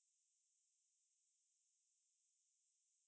actually your your case of shin splint it seems to be